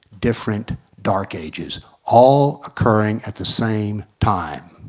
different dark ages all occurring at the same time